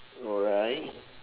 alright